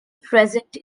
present